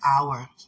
hour